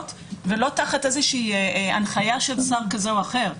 ולא תחת איזושהי הנחייה של שר כזה או אחר.